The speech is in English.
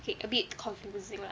okay a bit confusing lah